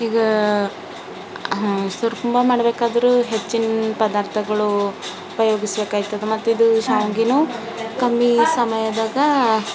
ಈಗ ಸುರಕುಂಭ ಮಾಡಬೇಕಾದ್ರು ಹೆಚ್ಚಿನ ಪದಾರ್ಥಗಳು ಉಪಯೋಗಿಸ್ಬೇಕಾಯ್ತದೆ ಮತ್ತಿದು ಶಾವ್ಗೆನು ಕಮ್ಮಿ ಸಮಯದಾಗ